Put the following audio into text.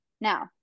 Now